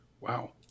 Wow